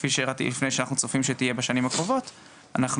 כפי שהראיתי שאנחנו צופים בשנים הקרובות אנחנו